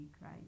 right